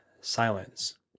silence